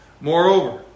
Moreover